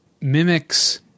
mimics